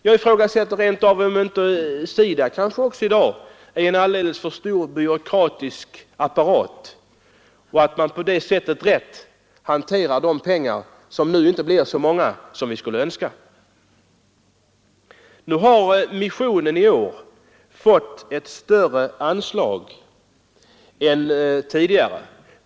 Jag ifrågasätter rent av om inte SIDA i dag är en alldeles för stor byråkratisk apparat och om man med hjälp av dessa organ rätt hanterar de pengar, som nu inte uppgår till så stora belopp som vi skulle önska. Missionen har i år fått ett större anslag än tidigare.